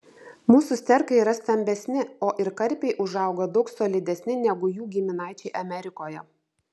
mūsų sterkai yra stambesni o ir karpiai užauga daug solidesni negu jų giminaičiai amerikoje